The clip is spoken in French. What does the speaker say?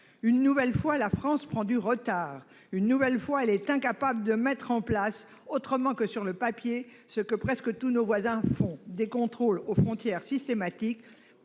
Une nouvelle fois, la France prend du retard ; une nouvelle fois, elle est incapable d'instaurer, autrement que sur le papier, ce que presque tous nos voisins font : des contrôles aux frontières systématiques,